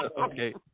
Okay